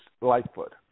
Lightfoot